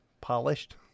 polished